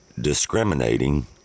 discriminating